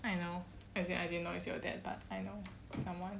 I know as in I didn't know is your dad but I know is someone